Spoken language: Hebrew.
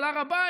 של הר הבית,